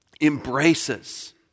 embraces